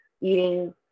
eating